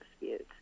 disputes